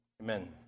Amen